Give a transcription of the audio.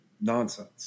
nonsense